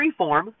freeform